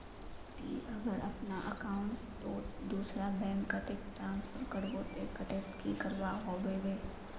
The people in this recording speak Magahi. ती अगर अपना अकाउंट तोत दूसरा बैंक कतेक ट्रांसफर करबो ते कतेक की करवा होबे बे?